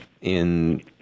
in-